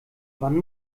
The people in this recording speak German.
wann